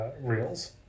reels